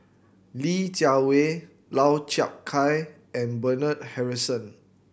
Li Jiawei Lau Chiap Khai and Bernard Harrison